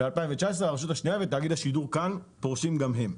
ב-2019 הרשות השנייה ותאגיד השידור כאן פורשים גם הם.